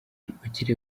ubukire